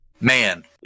man